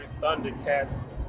Thundercats